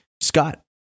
Scott